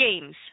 Games